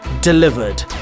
delivered